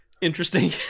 interesting